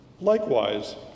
Likewise